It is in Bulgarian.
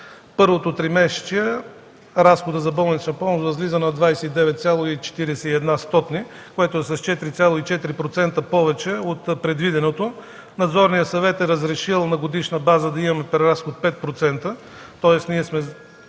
първото тримесечие разходът за болнична помощ възлиза на 29,41, което е с 4,4% повече от предвиденото. Надзорният съвет е разрешил на годишна база да имаме преразход 5%, тоест ние сме